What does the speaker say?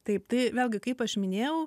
taip tai vėlgi kaip aš minėjau